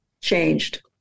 changed